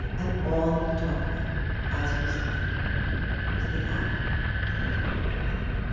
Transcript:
and all he could talk about as he was dying was the fact that he never had a father.